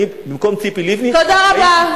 אני במקום ציפי לבני, תודה רבה.